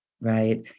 Right